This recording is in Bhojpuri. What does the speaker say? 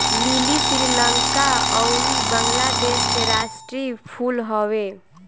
लीली श्रीलंका अउरी बंगलादेश के राष्ट्रीय फूल हवे